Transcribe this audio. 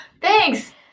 thanks